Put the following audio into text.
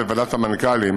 בוועדת המנכ"לים,